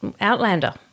Outlander